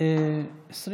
אנחנו עוברים לדוברת הבאה,